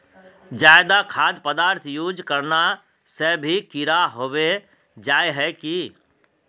ज्यादा खाद पदार्थ यूज करना से भी कीड़ा होबे जाए है की?